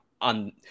On